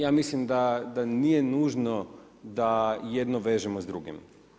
Ja mislim da nije nužno da jedno vežemo s drugim.